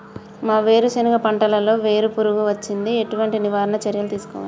మా వేరుశెనగ పంటలలో వేరు పురుగు వచ్చింది? ఎటువంటి నివారణ చర్యలు తీసుకోవాలే?